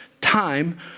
time